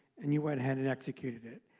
and you went ahead and executed it.